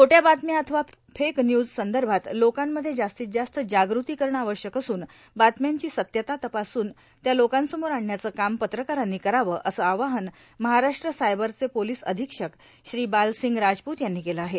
खोट्या बातम्या अथवा फेकन्यूज संदर्भात लोकांमध्ये जास्तीत जास्त जागृती करणं आवश्यक असून बातम्यांची सत्यता तपासून त्या लोकांसमोर आणण्याचं काम पत्रकारांनी करावं असं आवाहन महाराष्ट्र सायबरचे पोलीस अधिक्षक श्री बालसिंग राजपूत यांनी केलं आहे